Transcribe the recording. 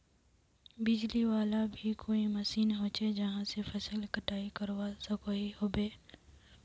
बिजली वाला भी कोई मशीन होचे जहा से फसल कटाई करवा सकोहो होबे?